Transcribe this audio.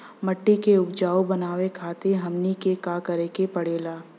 माटी के उपजाऊ बनावे खातिर हमनी के का करें के पढ़ेला?